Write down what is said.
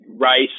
rice